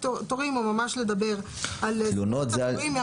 תורים או ממש לדבר על זמינות התורים.